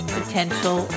Potential